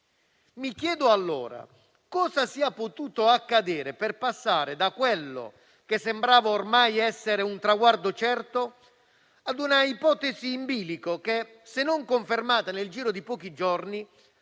Mi chiedo allora cosa sia potuto accadere per passare da quello che sembrava ormai essere un traguardo certo ad un'ipotesi in bilico che, se non confermata nel giro di pochi giorni,